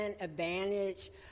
advantage